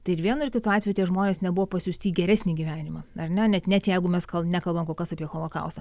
tai ir vienu ir kitu atveju tie žmonės nebuvo pasiųsti į geresnį gyvenimą ar ne net net jeigu mes nekalbame kol kas apie holokaustą